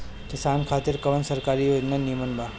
किसान खातिर कवन सरकारी योजना नीमन बा?